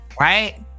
right